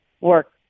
work